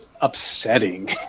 upsetting